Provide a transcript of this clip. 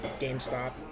GameStop